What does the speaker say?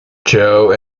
joe